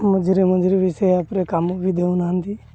ମଝିରେ ମଝିରେ ବିଷୟ ଉପରେ କାମ ବି ଦେଉନାହାନ୍ତି